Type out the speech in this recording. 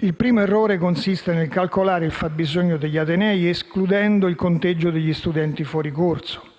Il primo errore consiste nel calcolare il fabbisogno degli atenei escludendo il conteggio degli studenti fuori corso.